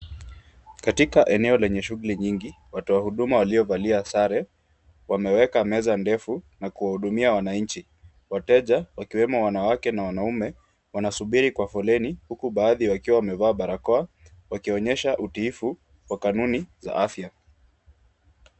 Katika eneo lenye shuguli nyingi, watu wa huduma waliovalia sare wameweka meza ndefu na kuwahudumia wananchi, wateja wakiwemo wanawake na wanaume, wanasubiri kwa foleni huku baadhi wakiwa wamevaa barakoa, wakionyesha utiifu wa kanuni za afya.